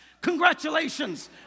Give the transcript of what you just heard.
Congratulations